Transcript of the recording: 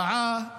רעה,